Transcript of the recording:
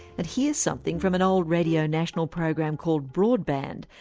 and here's something from an old radio national program called broadband,